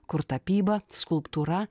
kur tapyba skulptūra